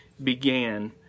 began